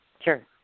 Sure